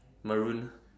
Maroon